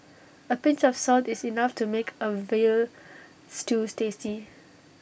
A pinch of salt is enough to make A Veal Stews tasty